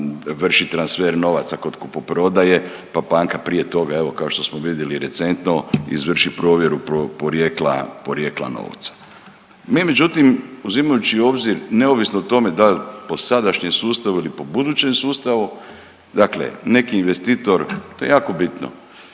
vrši transfer novaca kod kupoprodaje, pa banka prije toga evo kao što smo vidjeli recentno izvrši provjeru porijekla, porijekla novca. Mi međutim uzimajući u obzir neovisno o tome da po sadašnjem sustavu ili po budućem sustavu, dakle neki investitor, to je jako bitno